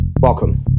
welcome